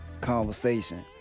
conversation